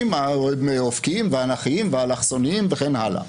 האופקיים והאנכיים והאלכסוניים וכן הלאה,